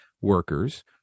workers